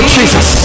Jesus